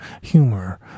humor